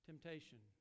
Temptation